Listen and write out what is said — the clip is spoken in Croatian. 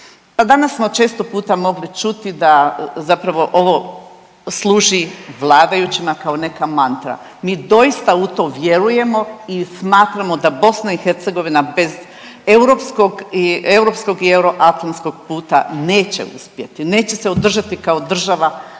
danas smo često puta mogli čuti da zapravo ovo služi vladajućima kao neka mantra. Mi doista u to vjerujemo i smatramo da BiH bez europskog i euroatlantskog puta neće uspjeti, neće se održati kao država